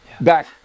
back